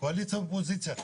אופוזיציה וקואליציה,